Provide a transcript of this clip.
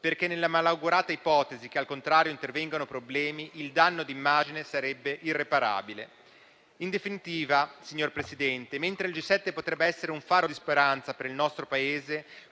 perché, nella malaugurata ipotesi che, al contrario, intervengano problemi, il danno di immagine sarebbe irreparabile. In definitiva, signora Presidente, mentre il G7 potrebbe essere un faro di speranza per il nostro Paese,